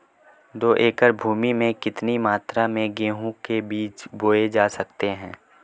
दो एकड़ भूमि में कितनी मात्रा में गेहूँ के बीज बोये जा सकते हैं?